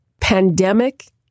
pandemic